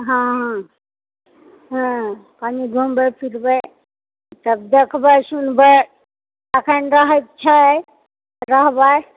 हँ हँ कनि घुमबइ फिरबइ तऽ देखबइ सुनबइ एखन रहएकेँ छै रहबइ